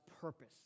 purpose